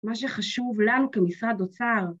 ‫מה שחשוב לנו כמשרד אוצר